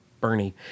Bernie